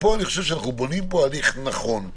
ופה אנחנו בונים הליך נכון,